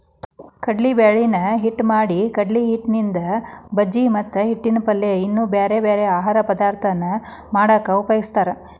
ಕಡ್ಲಿಬ್ಯಾಳಿನ ಹಿಟ್ಟ್ ಮಾಡಿಕಡ್ಲಿಹಿಟ್ಟಿನಿಂದ ಬಜಿ ಮತ್ತ ಹಿಟ್ಟಿನ ಪಲ್ಯ ಇನ್ನೂ ಬ್ಯಾರ್ಬ್ಯಾರೇ ಆಹಾರ ಪದಾರ್ಥ ಮಾಡಾಕ ಉಪಯೋಗಸ್ತಾರ